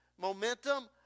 momentum